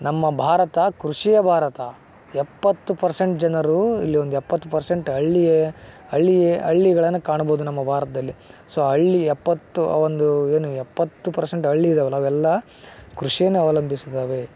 ನಮ್ಮ ಭಾರತ ಕೃಷಿಯ ಭಾರತ ಎಪ್ಪತ್ತು ಪರ್ಸೆಂಟ್ ಜನರು ಇಲ್ಲೊಂದ್ ಎಪ್ಪತ್ತು ಪರ್ಸೆಂಟ್ ಹಳ್ಳಿ ಹಳ್ಳಿ ಹಳ್ಳಿಗಳನ ಕಾಣ್ಬೋದು ನಮ್ಮ ಭಾರತ್ದಲ್ಲಿ ಸೊ ಹಳ್ಳಿ ಎಪ್ಪತ್ತು ಒಂದು ಏನು ಎಪ್ಪತ್ತು ಪರ್ಸೆಂಟ್ ಹಳ್ಳಿ ಇದ್ದಾವಲ್ಲ ಅವೆಲ್ಲ ಕೃಷಿನ ಅವಲಂಬಿಸಿದ್ದಾವೆ